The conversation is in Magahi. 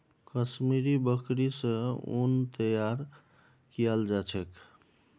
कश्मीरी बकरि स उन तैयार कियाल जा छेक